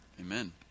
Amen